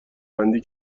بندی